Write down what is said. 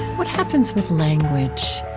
what happens with language?